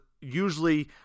usually